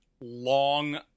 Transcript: long